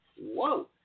whoa